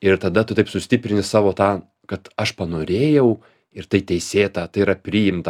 ir tada tu taip sustiprinti savo tą kad aš panorėjau ir tai teisėta tai yra priimta